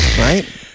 Right